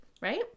Right